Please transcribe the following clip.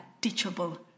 teachable